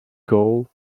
goal